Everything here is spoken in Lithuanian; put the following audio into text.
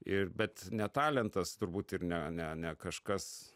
ir bet ne talentas turbūt ir ne ne ne kažkas